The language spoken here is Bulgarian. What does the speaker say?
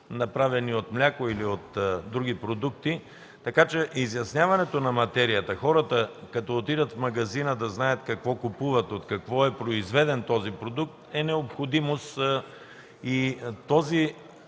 направено от мляко или от други продукти. Така че изясняването на материята – когато хората отидат в магазина да знаят какво купуват, от какво е произведен този продукт, е необходимост. Този